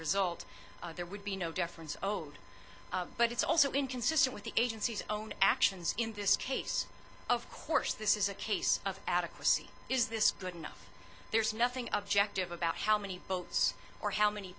result there would be no difference old but it's also inconsistent with the agency's own actions in this case of course this is a case of adequacy is this good enough there's nothing object of about how many boats or how many